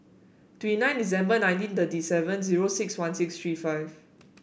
twenty nine December nineteen thirty seven zero six one six three five